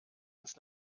ins